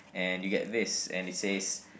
and you get this and it says